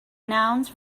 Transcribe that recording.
nouns